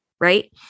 right